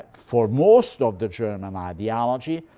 for most of the german ideology,